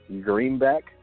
Greenback